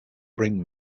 bring